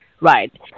right